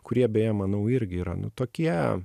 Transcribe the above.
kurie beje manau irgi yra nu tokie